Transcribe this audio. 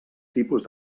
tipus